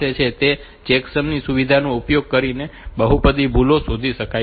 તેથી આ ચેકસમ સુવિધાનો ઉપયોગ કરીને બહુવિધ ભૂલો શોધી શકાય છે